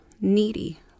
needy